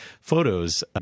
photos